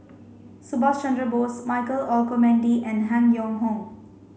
Subhas Chandra Bose Michael Olcomendy and Han Yong Hong